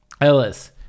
Ellis